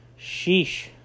sheesh